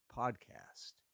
podcast